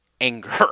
anger